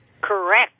Correct